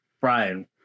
Brian